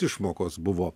išmokos buvo